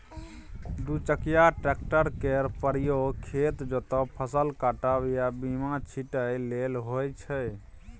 दु चकिया टेक्टर केर प्रयोग खेत जोतब, फसल काटब आ बीया छिटय लेल होइ छै